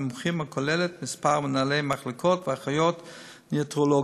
מומחים הכוללת כמה מנהלי מחלקות ואחיות נאונטולוגיות.